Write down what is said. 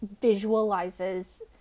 visualizes